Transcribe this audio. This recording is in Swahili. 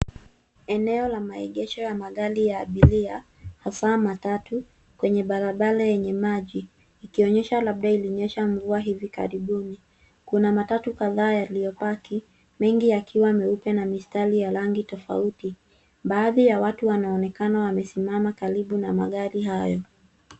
Eneo la maegesho ya magari ya abiria, hasa matatu, kwenye barabara yenye maji, ikionyesha labda ilinyesha mvua hivi karibuni. Kuna matatu kadhaa yaliyopaki, mengi yakiwa na rangi meupe na mistari ya rangi tofauti. Baadhi ya watu wanaonekana wamesimama karibu na magari hayo.